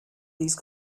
these